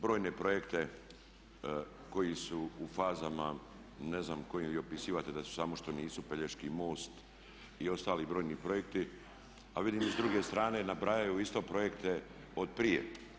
Brojne projekte koji su u fazama ne znam koje vi opisujete da samo što nisu Pelješki most i ostali brojni projekti, a vidim i s druge strane nabrajaju isto projekte od prije.